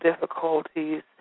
difficulties